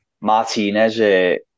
Martinez